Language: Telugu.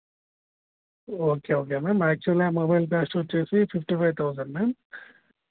ఓకే ఓకే మ్యామ్ యాక్చువల్లీ ఆ మొబైల్ కాస్ట్ వచ్చి ఫిఫ్టీ ఫైవ్ థౌసండ్ మ్యామ్